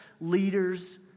leaders